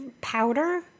powder